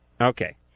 Okay